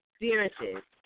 experiences